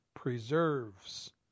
preserves